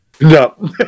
No